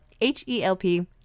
H-E-L-P